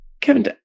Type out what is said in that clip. Kevin